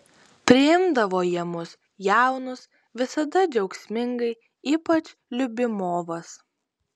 priimdavo jie mus jaunus visada džiaugsmingai ypač liubimovas